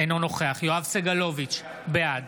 אינו נוכח יואב סגלוביץ' בעד